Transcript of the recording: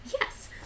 Yes